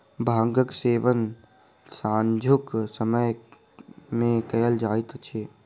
भांगक सेवन सांझुक समय मे कयल जाइत अछि